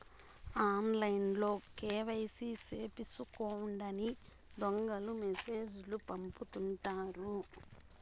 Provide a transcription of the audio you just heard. ఆన్లైన్లో కేవైసీ సేపిచ్చుకోండని దొంగలు మెసేజ్ లు పంపుతుంటారు